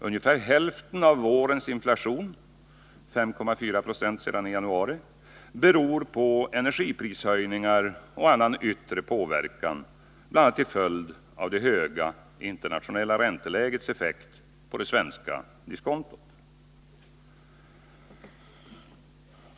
Ungefär hälften av vårens inflation, 5,4 26 sedan i januari, beror på energiprishöjningar och annan yttre påverkan, bl.a. till följd av det höga internationella räntelägets effekt på det svenska diskontot.